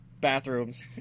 bathrooms